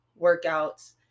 workouts